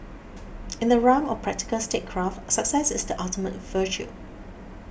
in the realm of practical statecraft success is the ultimate virtue